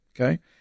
Okay